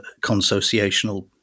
consociational